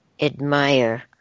admire